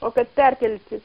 o kad perkelti